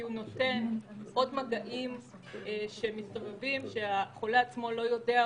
כי הוא נותן עוד מגעים שמסתובבים שהחולה עצמו לא יודע עליהם,